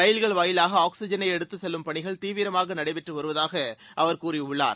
ரயில்கள் வாயிலாக ஆக்ஸிஜனை எடுத்துச்செல்லும் பணிகள் தீவிரமாக நடைபெற்று வருவதாக அவர் கூறியுள்ளார்